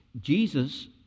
Jesus